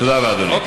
תודה רבה, אדוני.